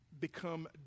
become